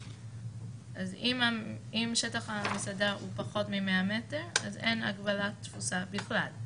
אז אם שטח המסעדה הוא פחות מ-100 מטר אז אין הגבלת תפוסה בכלל.